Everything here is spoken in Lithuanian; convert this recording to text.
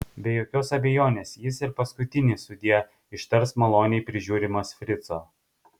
be jokios abejonės jis ir paskutinį sudie ištars maloniai prižiūrimas frico